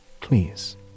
Please